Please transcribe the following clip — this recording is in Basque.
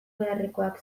beharrekoak